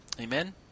Amen